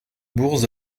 bourses